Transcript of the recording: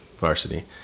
varsity